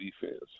defense